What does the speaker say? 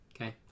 Okay